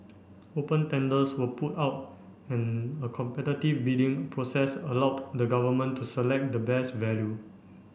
open tenders were put out and a competitive bidding process allowed the Government to select the best value